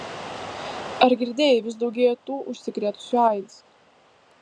ar girdėjai vis daugėja tų užsikrėtusių aids